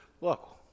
Look